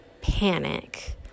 panic